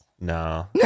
no